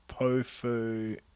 Pofu